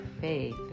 faith